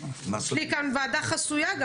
יש לי כאן ועדה חסויה גם,